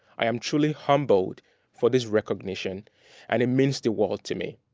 i am truly humbled for this recognition and it means the world to me.